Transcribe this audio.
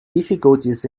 difficulties